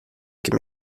que